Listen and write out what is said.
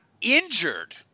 injured